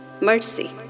mercy